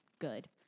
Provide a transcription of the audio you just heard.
good